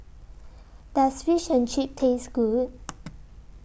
Does Fish and Chips Taste Good